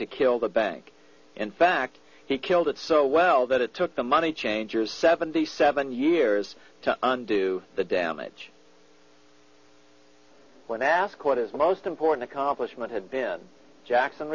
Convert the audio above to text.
to kill the bank in fact he killed it so well that it took the money changers seventy seven years to undo the damage when asked what is most important accomplishment had been jackson